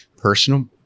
personal